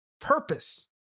purpose